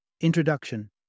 Introduction